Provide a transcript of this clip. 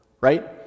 right